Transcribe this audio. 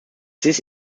this